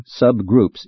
subgroups